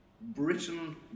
Britain